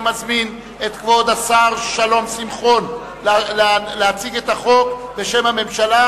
אני מזמין את כבוד השר שלום שמחון להציג את החוק בשם הממשלה,